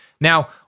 Now